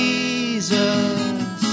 Jesus